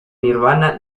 nirvana